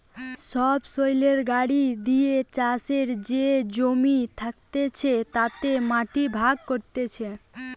সবসৈলের গাড়ি দিয়ে চাষের যে জমি থাকতিছে তাতে মাটি ভাগ করতিছে